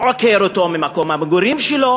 עוקר אותו ממקום המגורים שלו